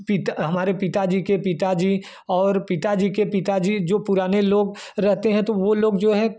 पित हमारे पिता जी के पिता जी और पिता जी के पिता जी जो पुराने लोग रहते हैं तो वह लोग जो हैं